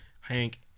Hank